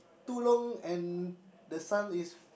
too long and the sun is